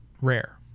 rare